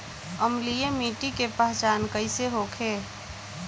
अम्लीय मिट्टी के पहचान कइसे होखे?